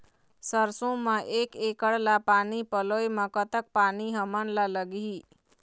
सरसों म एक एकड़ ला पानी पलोए म कतक पानी हमन ला लगही?